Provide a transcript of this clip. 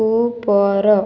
ଉପର